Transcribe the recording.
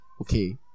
okay